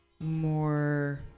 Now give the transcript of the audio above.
more